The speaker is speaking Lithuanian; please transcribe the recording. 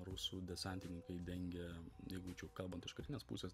rusų desantininkai dengė jeigu čia jau kalbant iš karinės pusės